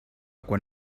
quan